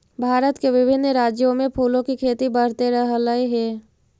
भारत के विभिन्न राज्यों में फूलों की खेती बढ़ते रहलइ हे